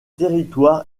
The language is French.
territoires